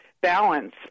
balance